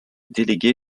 déléguée